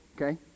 okay